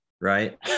right